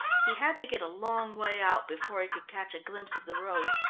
he had to get a long way out before he could catch a glimpse of the road,